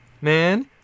Man